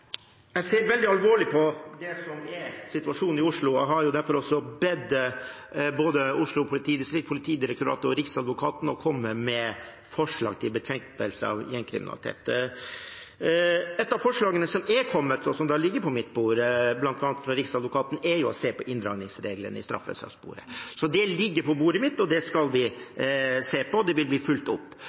Jeg ser veldig alvorlig på det som er situasjonen i Oslo, og derfor har jeg også bedt både Oslo politidistrikt, Politidirektoratet og Riksadvokaten om å komme med forslag til bekjempelse av gjengkriminalitet. Et av forslagene som er kommet bl.a. fra Riksadvokaten, og som ligger på mitt bord, er å se på inndragningsreglene i straffesakssporet. Så det ligger på bordet mitt, det skal vi se på, og det vil bli fulgt opp.